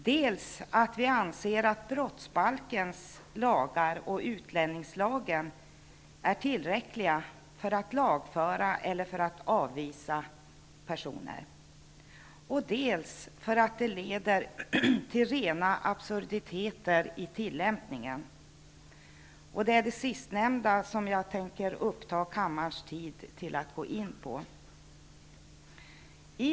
Dessutom anser vi att brottsbalkens lagar och utlänningslagen är tillräckliga för att lagföra eller avvisa personer. Vi anser även att det leder till rena absurditeter i tillämpningen. Jag tänker uppta kammarens tid med att gå in på det sistnämnda.